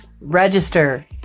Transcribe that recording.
Register